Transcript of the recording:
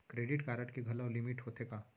Credit card के घलव limit होथे का?